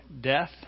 death